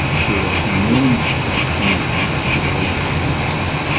for millions of americans and people all over the world like like